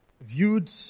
viewed